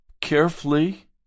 carefully